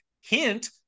hint